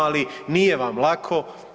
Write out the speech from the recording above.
Ali nije vam lako.